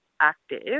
active